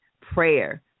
prayer